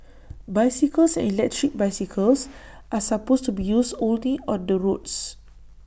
bicycles and electric bicycles are supposed to be used only on the roads